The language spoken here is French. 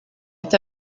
est